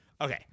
Okay